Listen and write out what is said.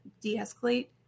de-escalate